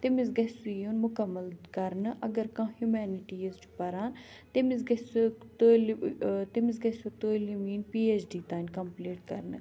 تٔمِس گژھہِ سُہ یُن مُکمل کَرنہٕ اگر کانٛہہ ہیوٗمینِٹیٖز چھُ پَران تٔمِس گژھہِ سُہ تعلیٖم تٔمِس گژھہِ سُہ تعلیٖم یِنۍ پی ایٚچ ڈی تانۍ کَمپٕلیٖٹ کَرنہٕ